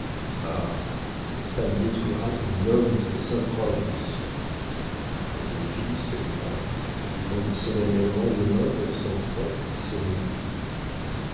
ah cette femme détruira tes nobles et saintes croyances la vieille fille se leva étendit solennellement les mains vers son frère qui sommeillait